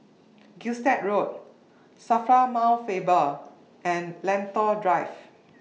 Gilstead Road SAFRA Mount Faber and Lentor Drive